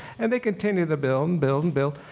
and they continue to build and build and build.